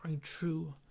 true